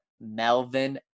Melvin